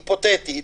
היפותטית,